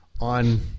on